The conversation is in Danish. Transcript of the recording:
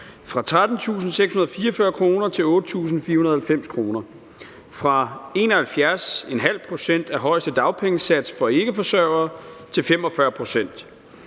fra 13.644 kr. til 8.490 kr. – fra 71,5 pct. af højeste dagpengesats for ikkeforsørgere til 45